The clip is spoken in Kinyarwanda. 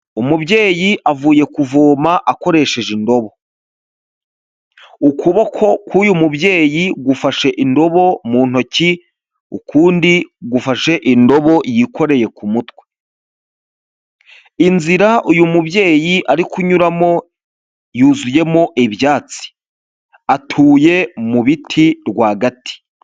Umubyeyi avuye kuvoma akoresheje imbobo, ukuboko k'uyu mubyeyi gufashe indobo mu ntoki ukundi gufashe indobo yikoreye ku mutwe, inzira uyu mubyeyi ari kunyuramo yuzuyemo ibyatsi, atuye mu biti rwagati.